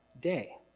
day